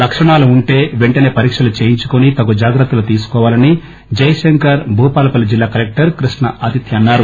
లక్షణాలు ఉంటె పెంటనే పరీక్షలు చేయించుకుని తగు జాగ్రత్తలు తీసుకోవాలని జయశంకర్ భుపాలపల్లి జిల్లా కలెక్టర్ కృష్ణ ఆదిత్య అన్నారు